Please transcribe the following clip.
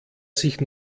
sich